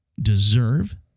deserve